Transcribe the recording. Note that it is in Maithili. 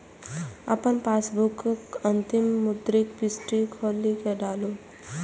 अपन पासबुकक अंतिम मुद्रित पृष्ठ खोलि कें डालू